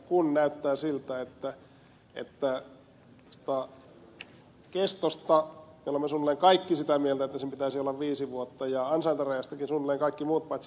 kun näyttää siltä että tästä kestosta me olemme suunnilleen kaikki sitä mieltä että sen pitäisi olla viisi vuotta ja ansaintarajastakin suunnilleen kaikki muut paitsi ed